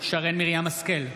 שרן מרים השכל,